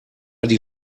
die